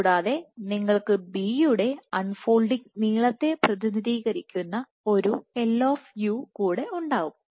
കൂടാതെ നിങ്ങൾക്ക് B യുടെ അൺ ഫോൾഡിങ് നീളത്തെ പ്രതിനിധീകരിക്കുന്ന ഒരു എൽഓഫ് യു L കൂടെ ഉണ്ടാവും